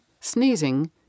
sneezing